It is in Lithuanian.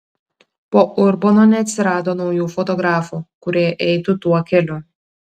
po urbono neatsirado naujų fotografų kurie eitų tuo keliu